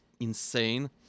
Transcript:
Insane